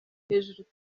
hejuru